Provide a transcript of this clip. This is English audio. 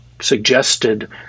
suggested